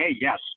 yes